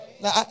Now